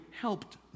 helped